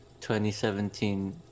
2017